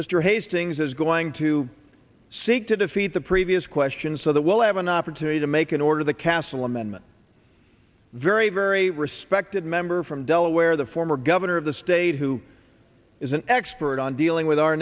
mr hastings is going to seek to defeat the previous question so that we'll have an opportunity to make an order the castle amendment very very respected member from delaware the former governor of the state who is an expert on dealing with our